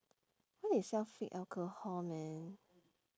why they sell fake alcohol man